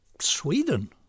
Sweden